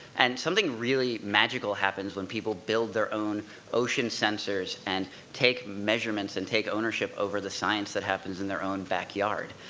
and something really magical happens when people build their own ocean sensors, and take measurements, and take ownership over the science that happens in their own backyard.